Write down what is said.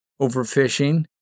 Overfishing